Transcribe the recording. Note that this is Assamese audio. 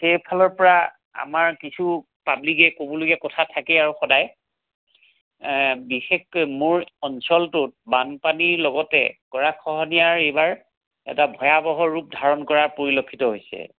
সেইফালৰপৰা আমাৰ কিছু পাব্লিকে ক'বলগীয়া কথা থাকে আৰু সদায় বিশেষকৈ মোৰ অঞ্চলটোত বানপানীৰ লগতে গৰাখহনীয়া এইবাৰ এটা ভয়াবহ ৰূপ ধাৰণ কৰা পৰিলক্ষিত হৈছে